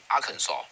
Arkansas